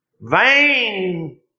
Vain